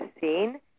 seen